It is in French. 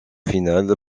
finale